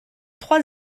trois